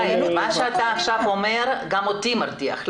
מה שאתה עכשיו אומר גם אותי מרתיח,